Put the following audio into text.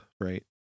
right